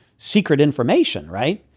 secret information. right.